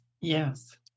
Yes